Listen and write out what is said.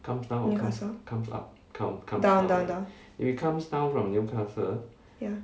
newcastle down down down ya